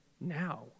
now